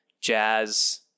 jazz